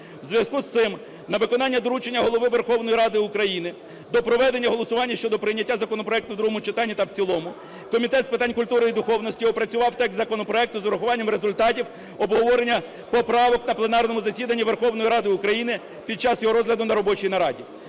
В зв'язку з цим на виконання доручення Голови Верховної Ради України до проведення голосування щодо прийняття законопроекту в другому читанні та в цілому Комітет з питань культури і духовності опрацював текст законопроекту з урахуванням результатів обговорення поправок на пленарному засіданні Верховної Ради України під час його розгляду на робочій нараді.